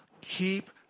Keep